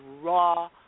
raw